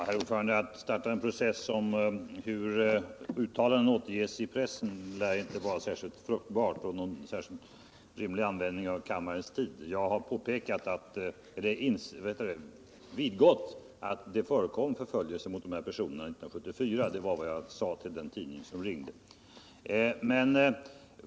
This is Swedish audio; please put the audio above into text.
Herr talman! Att starta en process om hur uttalanden återges i pressen lär inte vara särskilt fruktbart och inte någon rimlig användning av kammarens tid. Jag har vidgått att det förekom förföljelse mot dessa personer 1974. Det var vad jag sade till den tidning som ringde.